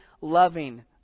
loving